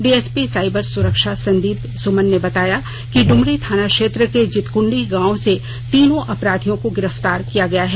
DSP cyber सुरक्षा संदीप सुमन ने बताया कि इमरी थाना क्षेत्र के जितकुंडी गाँव से तीनों अपराधियों को गिरफ्तार किया गया है